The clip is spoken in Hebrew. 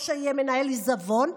או שיהיה מנהל עיזבון,